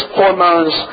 hormones